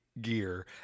gear